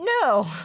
No